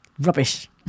rubbish